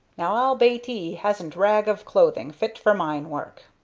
now, i'll bate ee hasn't rag of clothing fit for mine work.